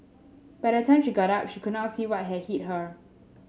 by the time she got up she could not see what had hit her